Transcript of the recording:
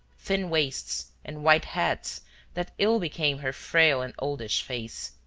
thin waists and white hats that ill became her frail and oldish face.